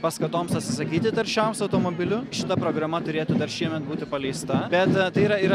paskatoms atsisakyti taršiausių automobilių šita programa turėtų dar šiemet būti paleista bet tai yra yra